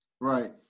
Right